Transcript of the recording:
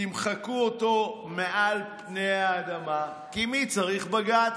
תמחקו אותו מעל פני האדמה, כי מי צריך בג"ץ?